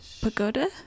pagoda